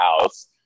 house